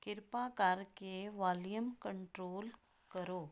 ਕਿਰਪਾ ਕਰਕੇ volume control ਕਰੋ